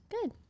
Good